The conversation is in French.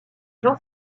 jean